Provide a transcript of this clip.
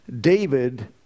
David